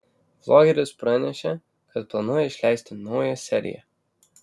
vlogeris pranešė kad planuoja išleisti naują seriją